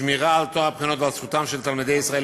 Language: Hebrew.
שמירה על טוהר הבחינות וזכותם של תלמידי ישראל